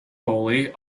holy